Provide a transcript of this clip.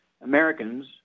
Americans